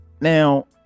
Now